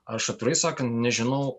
aš atvirai sakant nežinau